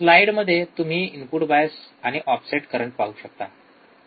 स्लाईडमध्ये तुम्ही input bias आणि ऑफसेट करंट पाहू शकता